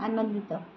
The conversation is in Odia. ଆନନ୍ଦିତ